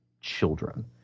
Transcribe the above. children